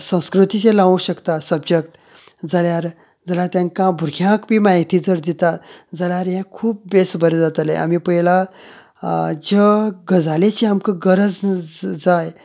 संस्कृतीचे लावूं शकता सब्जॅक्ट जाल्यार जाल्यार तांकां भुरग्यांक बी जर म्हायती दिता जाल्यार हे खूब भेस बरें जातले आमी पळयला ज गजालेचे आमकां गरज जाय